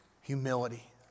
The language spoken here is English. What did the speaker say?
Humility